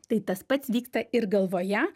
tai tas pats vyksta ir galvoje